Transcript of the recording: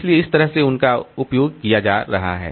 इसलिए इस तरह से उनका उपयोग किया जा रहा है